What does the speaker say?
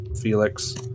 Felix